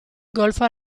golfo